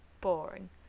boring